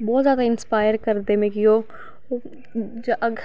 बहुत जादा इंसपायर करदे मिगी ओह्